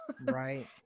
Right